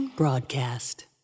Broadcast